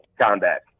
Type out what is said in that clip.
combat